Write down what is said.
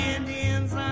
Indians